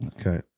Okay